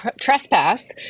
trespass